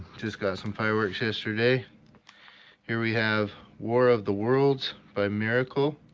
just got some fireworks yesterday here we have war of the worlds by miracle